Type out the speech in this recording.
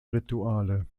rituale